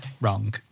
wrong